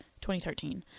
2013